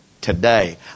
Today